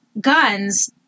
guns